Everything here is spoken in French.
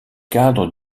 cadre